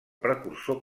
precursor